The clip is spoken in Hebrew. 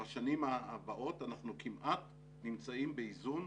בשנים הבאות אנחנו כמעט נמצאים באיזון,